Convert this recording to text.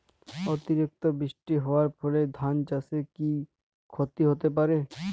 অতিরিক্ত বৃষ্টি হওয়ার ফলে ধান চাষে কি ক্ষতি হতে পারে?